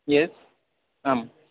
यस् आम्